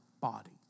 body